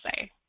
say